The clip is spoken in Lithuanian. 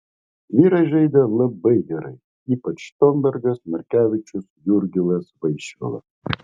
vyrai žaidė labai gerai ypač štombergas markevičius jurgilas vaišvila